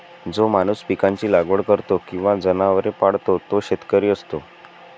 जो माणूस पिकांची लागवड करतो किंवा जनावरे पाळतो तो शेतकरी असतो